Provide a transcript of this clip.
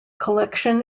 collection